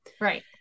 Right